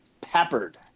peppered